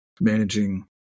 managing